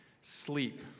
sleep